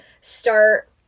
start